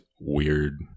weird